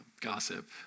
gossip